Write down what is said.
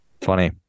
Funny